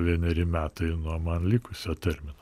vieneri metai nuo man likusio termino